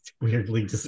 weirdly